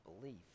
belief